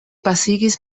pasigis